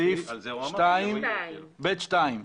סעיף ב2.